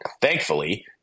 thankfully